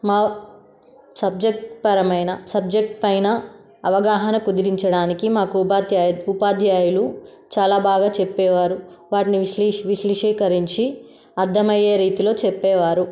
మా సబ్జెక్ట్ పరమైన సబ్జెక్ట్ పైన అవగాహన కుదిరించడానికి మాకు ఉపాధ్యా ఉపాధ్యాయులు చాలా బాగా చెప్పేవారు వాటిని విశ్లిస్ విశదీకరించి అర్ధమయ్యే రీతిలో చెప్పేవారు